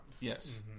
Yes